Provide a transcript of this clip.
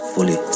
Fully